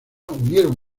unieron